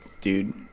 Dude